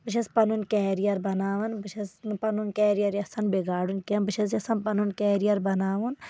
بہٕ چھَس پَنُن کیٚریر بَناوُن بہٕ چھَس نہٕ یژھان پَنُن کیٚریر بِگاڑن کیٚنٛہہ بہٕ چھَس یژھان پَنُن کیریر بَناوُن